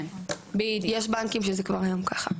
יש בנקים שזה כבר היום ככה.